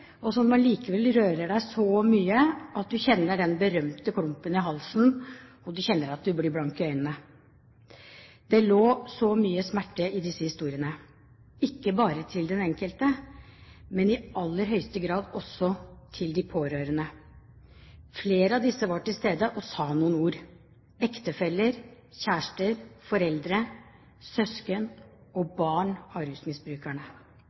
som allikevel rører deg så mye at du kjenner den berømte klumpen i halsen, og du kjenner at du blir blank i øynene. Det lå så mye smerte i disse historiene, ikke bare fra den enkelte, men i aller høyeste grad også fra de pårørende. Flere av disse var til stede og sa noen ord: ektefeller, kjærester, foreldre, søsken og barn av rusmisbrukerne.